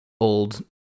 old